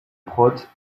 prote